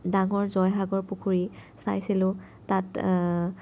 ডাঙৰ জয়সাগৰ পুখুৰী চাইছিলোঁ তাত